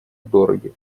дороги